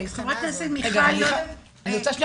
אני רוצה להעיר